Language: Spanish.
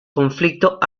conflicto